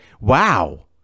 wow